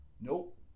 Nope